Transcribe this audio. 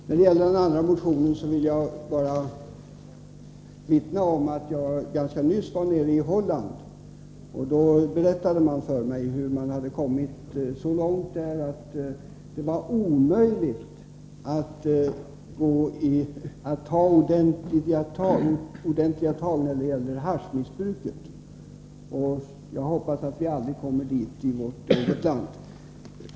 När det gäller den andra motionen vill jag bara vittna om att jag nyligen var i Holland, där man berättade att man kommit så långt att det var omöjligt att ta ordentliga tag när det gäller haschmissbruket. Jag hoppas att vi aldrig kommer dit i vårt eget land.